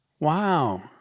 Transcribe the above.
Wow